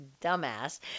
dumbass